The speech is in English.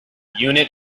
unit